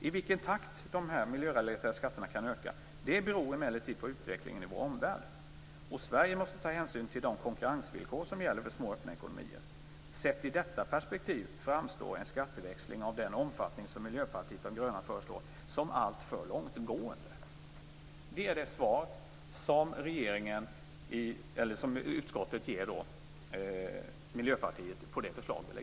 I vilken takt de miljörelaterade skatterna kan öka beror emellertid på utvecklingen i vår omvärld, och Sverige måste ta hänsyn till de konkurrensvillkor som gäller för små, öppna ekonomier. Sett i detta perspektiv framstår en skatteväxling av den omfattning som Miljöpartiet de gröna föreslår som alltför långtgående. Detta är utskottets svar på Miljöpartiets förslag.